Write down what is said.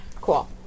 Cool